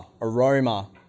aroma